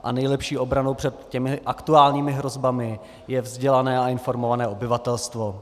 A nejlepší obranou před aktuálními hrozbami je vzdělané a informované obyvatelstvo.